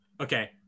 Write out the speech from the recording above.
Okay